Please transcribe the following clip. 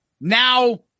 Now –